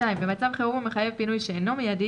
במצב חירום המחייב פינוי שאינו מיידי